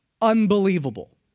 unbelievable